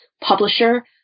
publisher